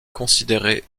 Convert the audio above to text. considéré